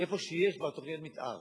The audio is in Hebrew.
שבמקום שיש כבר תוכניות מיתאר,